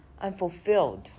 unfulfilled